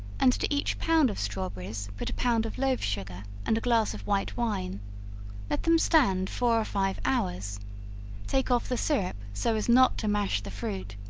and to each pound of strawberries put a pound of loaf-sugar and a glass of white wine let them stand four or five hours take off the syrup so as not to mash the fruit,